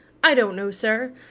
i don't know, sir.